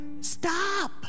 stop